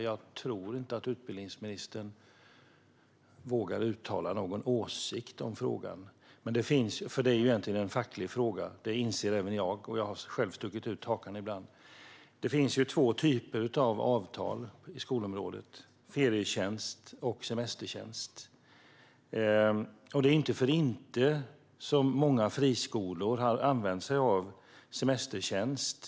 Jag tror inte att utbildningsministern vågar uttala någon åsikt i frågan, eftersom det egentligen är en facklig fråga. Det inser även jag, och jag har själv stuckit ut hakan ibland. Det finns två typer av avtal på skolans område: ferietjänst och semestertjänst. Det är inte för inte som många friskolor har använt sig av semestertjänst.